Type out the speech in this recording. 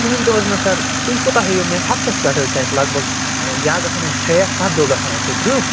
تو مےٚ سر تُہۍ کوتاہ ہیٚیِو مےٚ ہفتس پٮ۪ٹھ حظ چھِ اَسہِ لگ بگ یا گَژھن اَسہِ شےٚ یا سَتھ دۄہ گَژھن اَسہِ ییٚتہِ ٹٕرپ